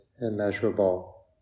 immeasurable